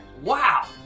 Wow